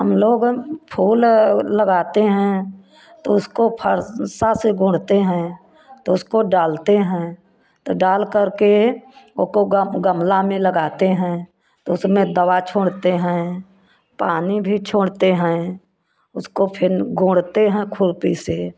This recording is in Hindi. हम लोग फूल लगा लगाते हैं तो उसको फर्सा से गोड़ते हैं तो उसको डालते हैं तो डाल कर के वो को गम गमला में लगाते हैं तो उसमें दवा छोड़ते हैं पानी भी छोड़ते हैं उसको फिर गोड़ते हैं खुरपी से